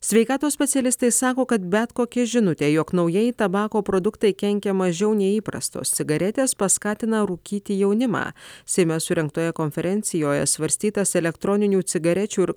sveikatos specialistai sako kad bet kokia žinutė jog naujieji tabako produktai kenkia mažiau nei įprastos cigaretės paskatina rūkyti jaunimą seime surengtoje konferencijoje svarstytas elektroninių cigarečių ir